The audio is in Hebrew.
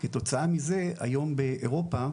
כתוצאה מזה היום באירופה,